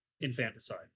infanticide